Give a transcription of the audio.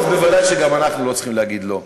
אז בוודאי שגם אנחנו לא צריכים להגיד לא.